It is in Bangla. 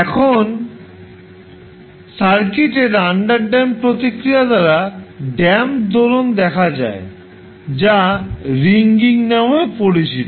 এখন সার্কিটের আন্ডারড্যাম্প্ড প্রতিক্রিয়া দ্বারা ড্যাম্প দোলন দেখা যায় যা রিংগিং নামেও পরিচিত